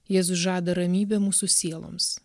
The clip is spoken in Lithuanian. jis žada ramybę mūsų sieloms